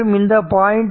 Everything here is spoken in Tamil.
மற்றும் இந்த 0